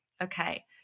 Okay